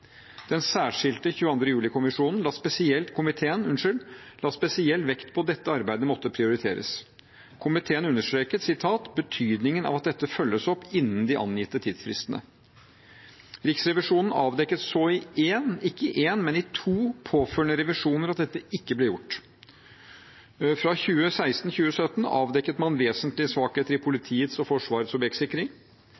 Den særskilte 22. juli-komiteen la spesielt vekt på at dette arbeidet måtte prioriteres. Komiteen understreket «betydningen av at dette følges opp innen de angitte tidsfristene». Riksrevisjonen avdekket så ikke i en, men i to påfølgende revisjoner at dette ikke ble gjort. Fra 2016 til 2017 avdekket man vesentlige svakheter i